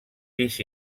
pis